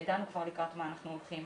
ידענו כבר לקראת מה אנחנו הולכים,